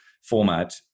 format